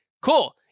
Cool